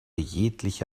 jegliche